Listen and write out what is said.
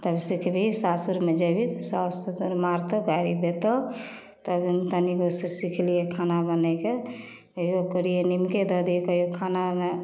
तऽ सिखबही सासुरमे जैभी साउस ससुर मारतौ गारि देतौ तब हम तनिगोसे सिखलिए खाना बनैके कहिओ करिए निमके दऽ दिए कहिओ खानामे